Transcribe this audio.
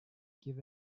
give